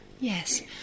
Yes